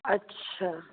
अच्छा